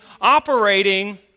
operating